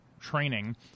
training